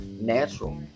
natural